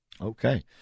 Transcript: Okay